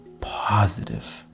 positive